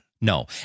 no